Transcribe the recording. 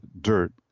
dirt